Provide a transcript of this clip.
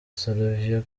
slovenia